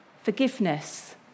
Forgiveness